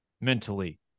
mentally